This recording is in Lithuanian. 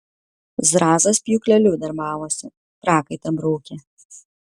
zrazas pjūkleliu darbavosi prakaitą braukė